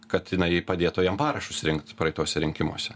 kad inai padėtų jam parašus rinkt praeituose rinkimuose